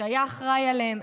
שהיה אחראי להם,